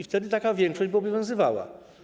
Wtedy taka większość by obowiązywała.